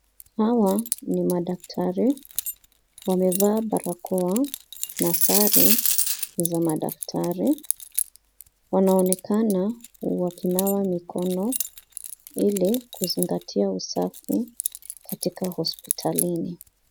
Hawa ni madaktari. Wamevaa barakoa na sare za madaktari. Wanaonekana wakinawa mikono ili kuingatia usafi katika hospitalini.